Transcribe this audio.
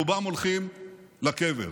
רובם הולכים לקבר.